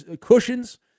cushions